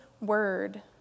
word